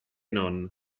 non